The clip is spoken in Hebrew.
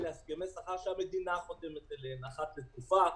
אלה הסכמי השכר שהמדינה חותמת עליהם אחת לתקופה,